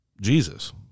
Jesus